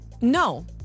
No